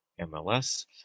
MLS